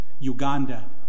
Uganda